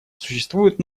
существуют